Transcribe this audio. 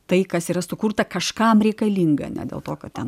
tai kas yra sukurta kažkam reikalinga ne dėl to kad ten